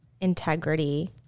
integrity